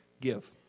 Give